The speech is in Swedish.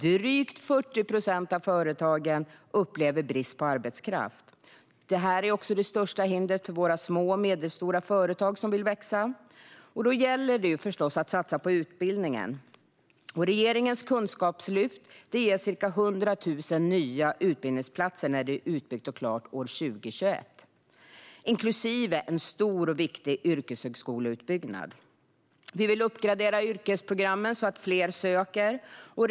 Drygt 40 procent av företagen upplever brist på arbetskraft. Det här är också det största hindret för våra små och medelstora företag som vill växa. Då gäller det förstås att satsa på utbildning. Regeringens kunskapslyft ger ca 100 000 nya utbildningsplatser när det är utbyggt och klart år 2021, inklusive en stor och viktig yrkeshögskoleutbyggnad. Vi vill uppgradera yrkesprogrammen, så att fler söker till dem.